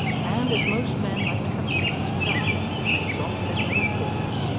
and as most men like to have a secret to tell which may exalt their own importance,